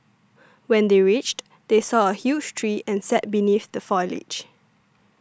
when they reached they saw a huge tree and sat beneath the foliage